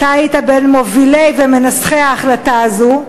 אתה היית בין מובילי ומנסחי ההחלטה הזאת.